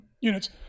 units